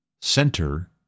center